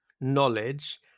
knowledge